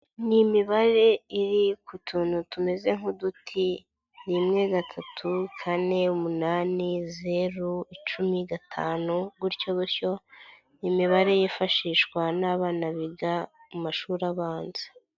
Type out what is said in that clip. Ni imibare iri ku tuntu tumeze nk'uduti, rimwe, gatatu, kane, umunani, zeru, icumi, gatanu gutyo gutyo, ni imibare yifashishwa n'abana biga mu mashuri abanza.